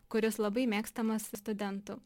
kuris labai mėgstamas studentų